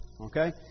okay